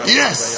yes